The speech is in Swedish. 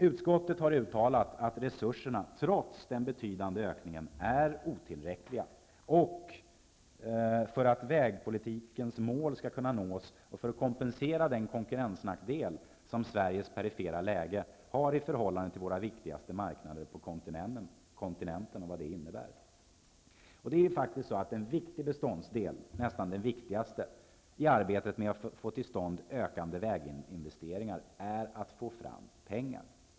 Utskottet har också uttalat att resurserna trots en betydande utökningen är otillräckliga för att de vägpolitiska målen skall kunna nås och för att kompensera den konkurrensnackdel som Sveriges perifera läge i förhållande till våra viktigaste marknader på kontinenten innebär. En viktig beståndsdel, nästan den viktigaste, i arbetet med att få till stånd ökande väginvesteringar är att få fram pengar.